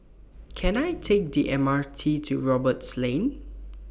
Can I Take The M R T to Roberts Lane